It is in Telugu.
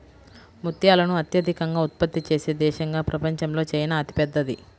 ముత్యాలను అత్యధికంగా ఉత్పత్తి చేసే దేశంగా ప్రపంచంలో చైనా అతిపెద్దది